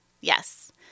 Yes